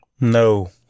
No